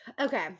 Okay